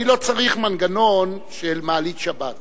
אני לא צריך מנגנון של מעלית שבת,